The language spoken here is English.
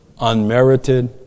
Unmerited